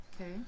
Okay